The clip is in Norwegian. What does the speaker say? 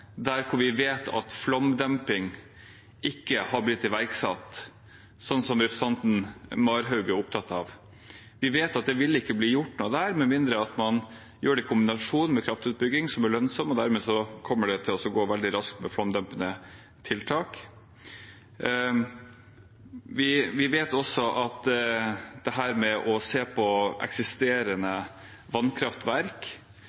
hvor vi vet at flomdemping ikke er blitt iverksatt, slik representanten Marhaug er opptatt av: Vi vet at det ikke vil bli gjort noe der med mindre man gjør det i kombinasjon med kraftutbygging som er lønnsom, og dermed kommer det til å gå veldig raskt med flomdempende tiltak. Vi vet også at dette med å se på